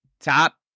top